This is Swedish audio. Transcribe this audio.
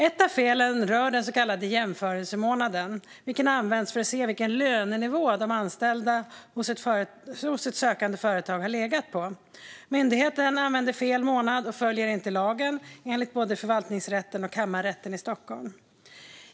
Ett av felen rör den så kallade jämförelsemånaden, vilken används för att se vilken lönenivå de anställda hos ett sökande företag har legat på. Myndigheten använder fel månad och följer inte lagen, enligt både förvaltningsrätten och Kammarrätten i Stockholm.